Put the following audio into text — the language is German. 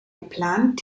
geplant